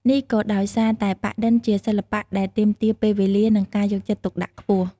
នេះក៏ដោយសារតែ ប៉ាក់-ឌិន ជាសិល្បៈដែលទាមទារពេលវេលា និងការយកចិត្តទុកដាក់ខ្ពស់។